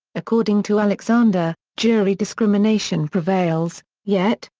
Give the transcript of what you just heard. according to alexander, jury discrimination prevails, yet,